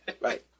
Right